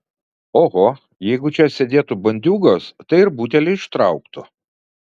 oho jeigu čia sėdėtų bandiūgos tai ir butelį ištrauktų